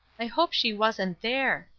i hope she wasn't there.